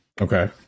Okay